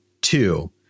Two